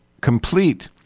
complete